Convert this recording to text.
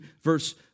verse